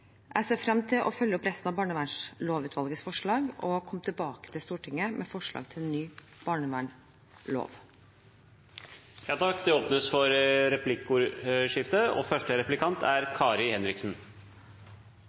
Jeg ser frem til å følge opp resten av barnevernslovutvalgets forslag og komme tilbake til Stortinget med forslag til ny barnevernslov. Det blir replikkordskifte. I proposisjonen kan en lese om noe av det